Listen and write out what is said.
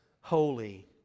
holy